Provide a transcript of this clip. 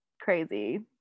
crazy